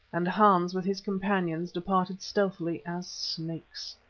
and hans with his companions departed stealthily as snakes.